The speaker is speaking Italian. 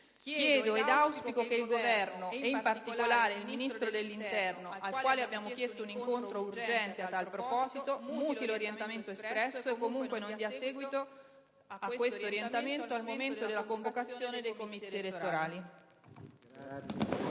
chiedo ed auspico che il Governo e, in particolare, il Ministro dell'interno al quale abbiamo chiesto un incontro urgente a tale proposito, muti l'orientamento espresso o, comunque, non vi dia seguito al momento della convocazione dei comizi elettorali.